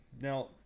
Now